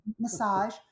massage